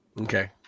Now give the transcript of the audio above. Okay